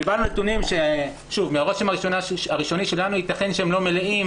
קיבלנו נתונים שמהרושם הראשוני שלנו ייתכן שהם לא מלאים